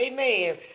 Amen